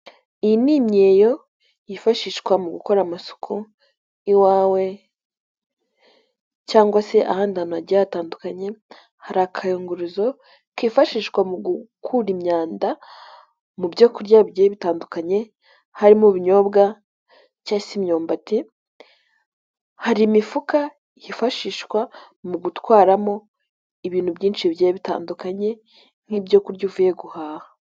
Iyi ni imyeyo yifashishwa mu gukora amasuku iwawe cyangwa se ahandi hantu hagiye hatandukanye, hari akayunguruzo kifashishwa mu gukura imyanda mu byo kurya bigiye bitandukanye, harimo ibinyobwa cyangwa se imyumbati, hari imifuka yifashishwa mu gutwaramo ibintu byinshi bigiye bitandukanye nk'ibyo kurya uvuye guhaha.